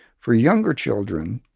for younger children,